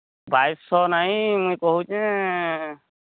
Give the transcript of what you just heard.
ବାଇଶଶହ ନାଇ ମୁଁ କହୁଛି